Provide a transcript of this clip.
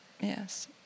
Yes